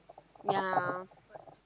yea